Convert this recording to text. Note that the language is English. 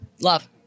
love